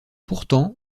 pourtant